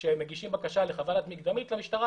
כאשר מגישים בקשה לחוות דעת מקדמית למשטרה,